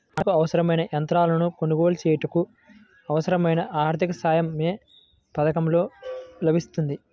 పంటకు అవసరమైన యంత్రాలను కొనగోలు చేయుటకు, అవసరమైన ఆర్థిక సాయం యే పథకంలో లభిస్తుంది?